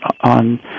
on